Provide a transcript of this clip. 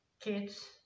Kids